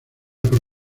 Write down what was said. por